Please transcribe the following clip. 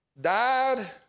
died